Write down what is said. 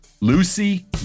Lucy